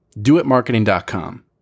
doitmarketing.com